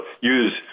Use